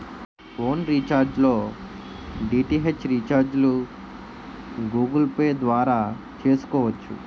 phone recharge లో DTH రీఛార్జిలు Google Pay ద్వారా చేసుకోవచ్చు